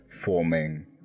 forming